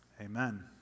amen